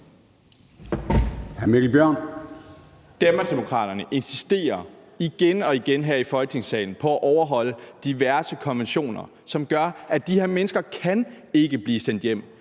Danmarksdemokraterne insisterer igen og igen her i Folketingssalen på at overholde diverse konventioner, som gør, at de her mennesker ikke kan blive sendt hjem.